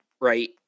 right